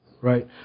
Right